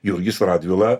jurgis radvila